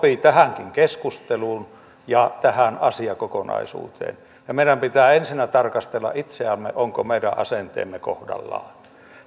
sopii tähänkin keskusteluun ja tähän asiakokonaisuuteen meidän pitää ensinnä tarkastella itseämme ovatko meidän asenteemme kohdallaan